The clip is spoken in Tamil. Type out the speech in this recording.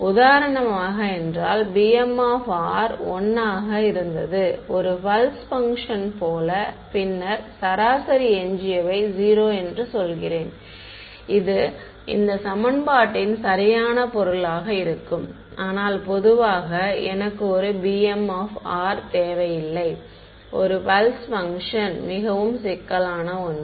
உதாரணமாக என்றால் b m 1 ஆக இருந்தது ஒரு பல்ஸ் பஃங்ஷன் போல பின்னர் சராசரி எஞ்சியவை 0 என்று சொல்கிறேன் இது இந்த சமன்பாட்டின் சரியான பொருளாக இருக்கும் ஆனால் பொதுவாக எனக்கு ஒரு b m தேவையில்லை ஒரு பல்ஸ் பஃங்ஷன் மிகவும் சிக்கலான ஒன்று